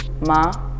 Ma